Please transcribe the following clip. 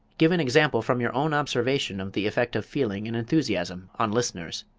give an example from your own observation of the effect of feeling and enthusiasm on listeners.